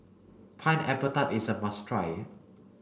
pineapple tart is a must try